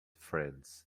friends